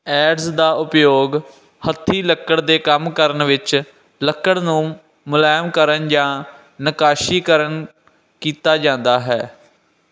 ads ਦਾ ਉਪਯੋਗ ਹੱਥੀਂ ਲੱਕੜ ਦੇ ਕੰਮ ਕਰਨ ਵਿੱਚ ਲੱਕੜ ਨੂੰ ਮੁਲਾਇਮ ਕਰਨ ਜਾਂ ਨੱਕਾਸ਼ੀਕਰਨ ਕੀਤਾ ਜਾਂਦਾ ਹੈ